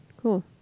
Cool